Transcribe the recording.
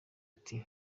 ati